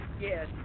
Yes